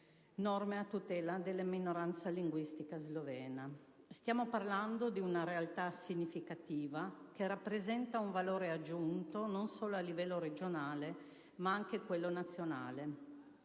(«Norme a tutela della minoranza linguistica slovena»). Stiamo parlando di una realtà significativa, che rappresenta un valore aggiunto non solo a livello regionale, ma anche a livello nazionale.